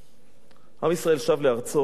עם ישראל שב לארצו בזכות